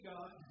God